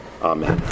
amen